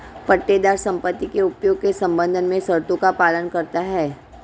पट्टेदार संपत्ति के उपयोग के संबंध में शर्तों का पालन करता हैं